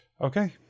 Okay